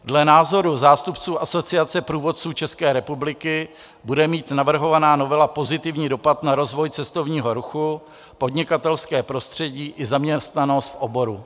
Dle názoru zástupců Asociace průvodců České republiky bude mít navrhovaná novela pozitivní dopad na rozvoj cestovního ruchu, podnikatelské prostředí i zaměstnanost v oboru.